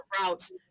routes